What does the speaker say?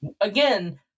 Again